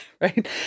right